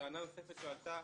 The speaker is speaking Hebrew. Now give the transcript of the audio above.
טענה נוספת שהועלתה,